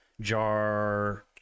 jar